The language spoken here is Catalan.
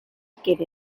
sequera